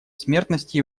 смертности